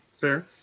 fair